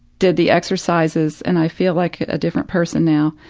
did the exercises and i feel like a different person now.